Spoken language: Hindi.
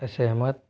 असहमत